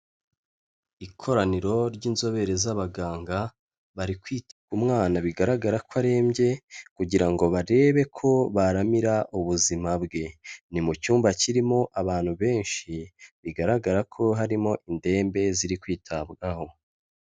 Ikoraniro ry'inzobere z'abaganga bari kwita k'umwana bigaragara ko arembye, kugira ngo barebe ko baramira ubuzima bwe. Ni mu cyumba kirimo abantu benshi bigaragara ko harimo indembe ziri kwitabwaho.